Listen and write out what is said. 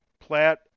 Platt